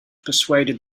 persuaded